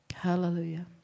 Hallelujah